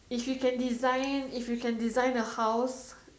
if you can design if you can design a house